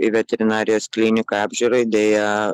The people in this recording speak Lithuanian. į veterinarijos kliniką apžiūrai deja